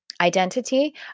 Identity